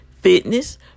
fitness